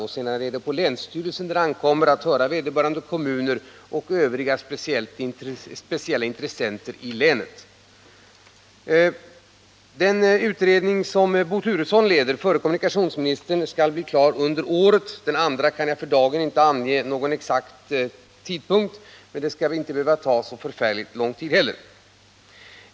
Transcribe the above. Sedan ankommer det på länsstyrelsen att höra vederbörande kommuner och övriga speciella intressenter i länet. Den utredning som förutvarande kommunikationsministern Bo Turesson leder skall bli klar under året. Den andra kan jag för dagen inte ange någon exakt tidpunkt för, men den skall väl inte behöva ta så förfärligt lång tid heller.